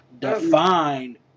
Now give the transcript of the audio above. defined